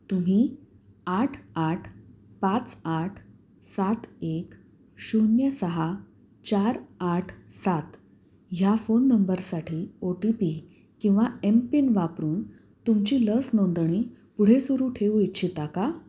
तुम्ही आठ आठ पाच आठ सात एक शून्य सहा चार आठ सात ह्या फोन नंबरसाठी ओ टी पी किंवा एम पिन वापरून तुमची लस नोंदणी पुढे सुरू ठेऊ इच्छिता का